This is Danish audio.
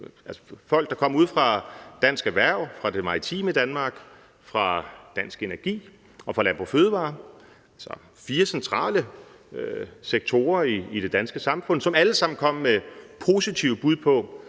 udefra: fra Dansk Erhverv, fra det maritime Danmark, fra Dansk Energi og fra Landbrug og Fødevarer. Fire centrale sektorer i det danske samfund, som alle sammen kom med positive bud på,